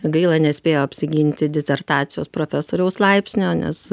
gaila nespėjo apsiginti disertacijos profesoriaus laipsnio nes